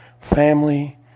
family